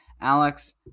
Alex